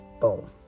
boom